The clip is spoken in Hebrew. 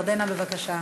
ירדנה, בבקשה.